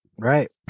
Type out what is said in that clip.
Right